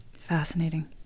Fascinating